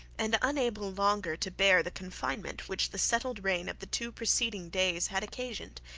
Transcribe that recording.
and unable longer to bear the confinement which the settled rain of the two preceding days had occasioned.